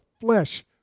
flesh